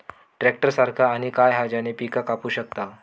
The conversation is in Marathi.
ट्रॅक्टर सारखा आणि काय हा ज्याने पीका कापू शकताव?